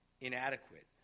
inadequate